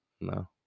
No